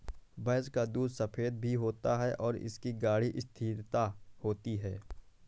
भैंस का दूध सफेद भी होता है और इसकी गाढ़ी स्थिरता होती है